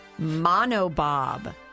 monobob